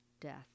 death